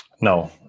no